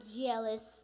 jealous